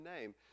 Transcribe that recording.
name